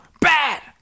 bad